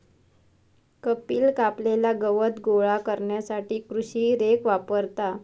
कपिल कापलेला गवत गोळा करण्यासाठी कृषी रेक वापरता